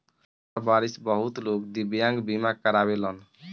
हर बारिस बहुत लोग दिव्यांग बीमा करावेलन